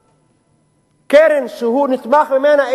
לגבי הקרן שהוא נתמך ממנה,